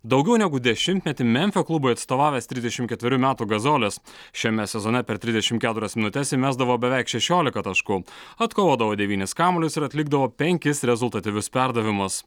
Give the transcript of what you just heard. daugiau negu dešimtmetį memfio klubui atstovavęs trisdešim ketverių metų gazolis šiame sezone per trisdešimt keturias minutes įmesdavo beveik šešiolika taškų atkovodavo devynis kamuolius ir atlikdavo penkis rezultatyvius perdavimus